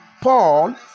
Paul